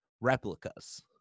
replicas